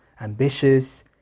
ambitious